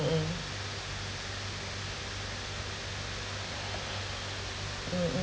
mmhmm mm mm